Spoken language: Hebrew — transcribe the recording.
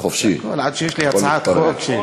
עד שיש לי הצעת חוק.